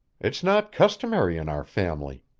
it's not customary in our family,